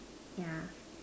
yeah